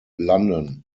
london